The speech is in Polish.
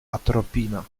atropina